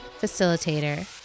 facilitator